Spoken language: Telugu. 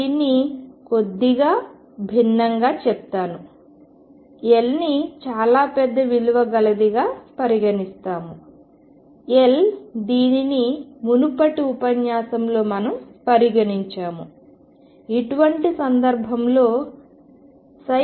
దీన్ని కొద్దిగా భిన్నంగా చెప్తాను L ని చాలా పెద్ద విలువ గలదిగా పరిగణిస్తాము L దీనిని మునుపటి ఉపన్యాసంలో మనం పరిగణించాము ఇటువంటి సందర్భంలో ψ→0